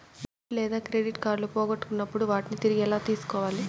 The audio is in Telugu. డెబిట్ లేదా క్రెడిట్ కార్డులు పోగొట్టుకున్నప్పుడు వాటిని తిరిగి ఎలా తీసుకోవాలి